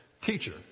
Teacher